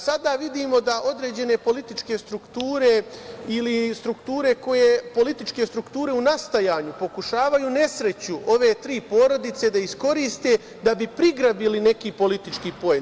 Sada vidimo da određene političke strukture ili političke strukture u nastajanju pokušavaju nesreću ove tri porodice da iskoriste da bi prigrabili neki politički poen.